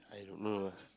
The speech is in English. I don't know